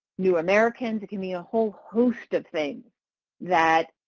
new americans. it can mean a whole host of things that